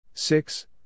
Six